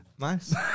Nice